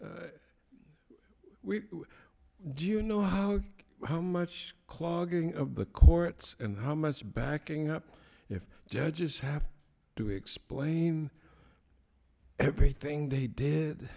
do you know how how much clogging of the courts and how much backing up if judges have to explain everything they did